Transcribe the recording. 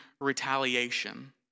retaliation